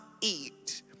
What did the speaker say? eat